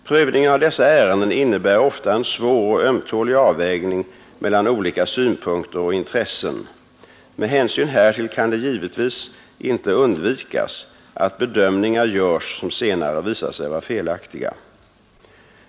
Prövningen av dessa ärenden innebär ofta en svår och ömtålig avvägning mellan olika synpunkter och intressen. Med hänsyn härtill kan det givetvis inte undvikas att bedömningar görs som senare visar sig vara felaktiga.